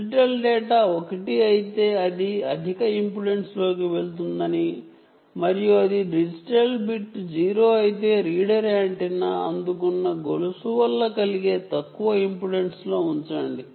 digital data 1 అయితే అది అధిక ఇంపెడెన్స్లోకి వెళుతుంది మరియు అది డిజిటల్ బిట్ 0 అయితే అది తక్కువ ఇంపెడెన్స్లోకి వెళుతుంది